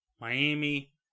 Miami